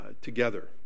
together